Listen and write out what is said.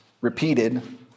repeated